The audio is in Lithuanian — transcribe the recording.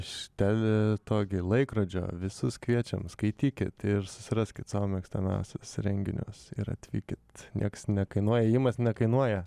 iš tel to gi laikrodžio visus kviečiam skaitykit ir susiraskit savo mėgstamiausius renginius ir atvykit nieks nekainuoja įėjimas nekainuoja